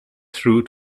through